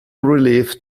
relief